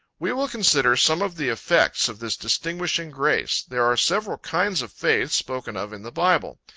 we will consider some of the effects of this distinguishing grace. there are several kinds of faith spoken of in the bible.